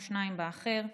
22 באחר.